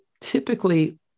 typically